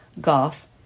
Golf